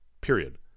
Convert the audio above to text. period